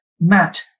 Matt